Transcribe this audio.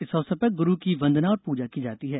इस अवसर पर ग्रू की वंदना और पूजा की जाती हैं